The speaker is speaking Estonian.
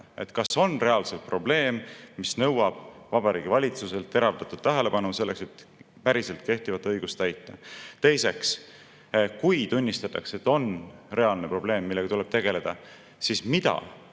Kas on reaalselt probleem, mis nõuab Vabariigi Valitsuselt teravdatud tähelepanu selleks, et päriselt kehtivat õigust täita? Teiseks, kui tunnistatakse, et on reaalne probleem, millega tuleb tegeleda, siis mida